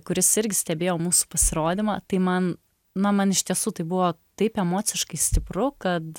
kuris irgi stebėjo mūsų pasirodymą tai man na man iš tiesų tai buvo taip emociškai stipru kad